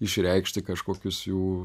išreikšti kažkokius jų